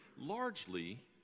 largely